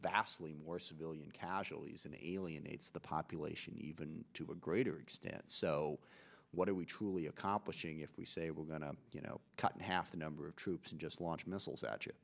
vastly more civilian casualties in a million aids the population even to a greater extent so what are we truly accomplishing if we say we're going to you know cut in half the number of troops and just launch missiles at y